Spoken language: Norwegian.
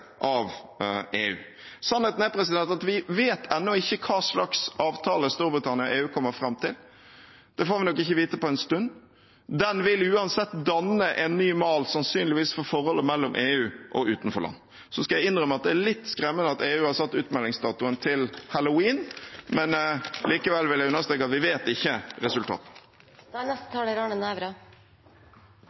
at vi vet ennå ikke hva slags avtale Storbritannia og EU kommer fram til. Det får vi nok ikke vite på en stund. Den vil uansett danne en ny mal, sannsynligvis, for forholdet mellom EU og utenforland. Så skal jeg innrømme at det er litt skremmende at EU har satt utmeldingsdatoen til halloween. Likevel vil jeg understreke at vi ikke vet resultatet. EØS-avtalen har tjent norske bedrifter og arbeidsplasser godt, heter det ofte. Ja, det er